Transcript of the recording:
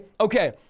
okay